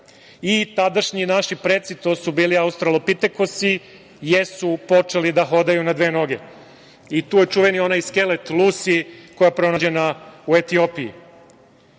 i tadašnji naši preci, to su bili australopitekusi, jesu počeli da hodaju na dve noge i tu je onaj čuveni skelet Lusi koja je pronađena u Etiopiji.Međutim,